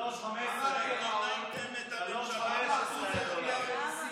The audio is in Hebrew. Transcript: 3.15. תקשיב,